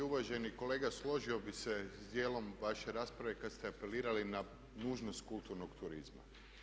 Uvaženi kolega, složio bih se sa dijelom vaše rasprave kad ste apelirali na nužnost kulturnog turizma.